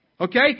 Okay